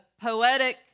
poetic